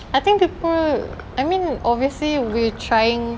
I think people I mean obviously we're trying